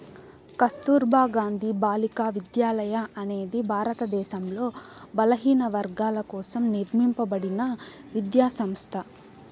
కస్తుర్బా గాంధీ బాలికా విద్యాలయ అనేది భారతదేశంలో బలహీనవర్గాల కోసం నిర్మింపబడిన విద్యా సంస్థ